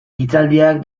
hitzaldiak